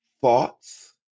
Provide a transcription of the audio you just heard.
thoughts